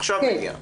עכשיו היא הגיעה